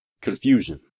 confusion